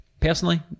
Personally